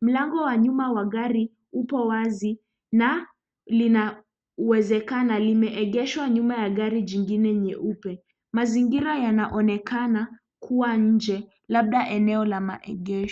Mlango wa nyuma wa gari uko wazi na linawezekana limeegeshwa nyuma ya gari jingine nyeupe. Mazingira yanaonekana kuwa inje labda eneo la maegesho.